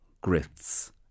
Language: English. grits